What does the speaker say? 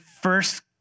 first